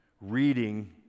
reading